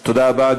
תודה רבה.